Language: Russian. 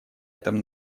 этом